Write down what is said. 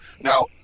Now